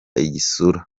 igisura